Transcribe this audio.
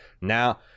now